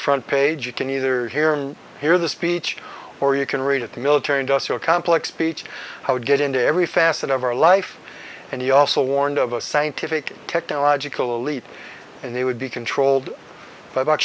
front page you can either here or hear the speech or you can read at the military industrial complex speech i would get into every facet of our life and he also warned of a scientific technological elite and he would be controlled by b